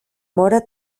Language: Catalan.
mora